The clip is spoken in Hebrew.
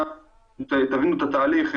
ותבינו את התהליך,